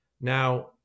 Now